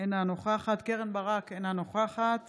אינה נוכחת קרן ברק, אינה נוכחת